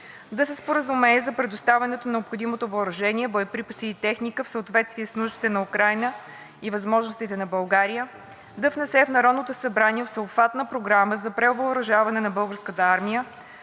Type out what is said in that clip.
да се споразумее за предоставянето на необходимото въоръжение, боеприпаси и техника в съответствие с нуждите на Украйна и възможностите на България, да внесе в Народното събрание всеобхватна програма за превъоръжаване на Българската армия,